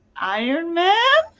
iron man?